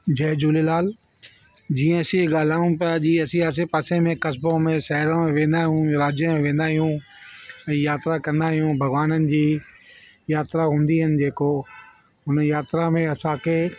जय झूलेलाल जीअं असी ॻाल्हायूं पिया जीअं असीं आसे पासे में कस्बों में शहरों में वेंदा आहियूं राज्य में वेंदा आहियूं यात्रा कंदा आहियूं भॻवाननि जी यात्रा हूंदी आहिनि जेको हुन यात्रा में असांखे